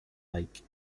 lake